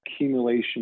accumulation